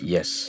Yes